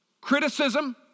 Criticism